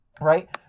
right